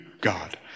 God